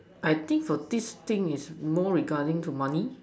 I think for this thing is more regarding to money